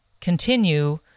continue